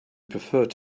preferred